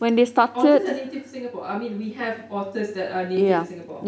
otters are native to singapore I mean we have otters that are native to singapore